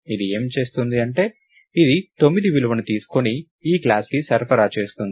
ఇది ఏమి చేస్తుంది అంటే ఇది 9 విలువను తీసుకొని ఈ క్లాస్ కి సరఫరా చేస్తుంది